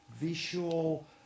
visual